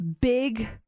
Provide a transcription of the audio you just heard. big